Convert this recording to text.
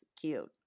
cute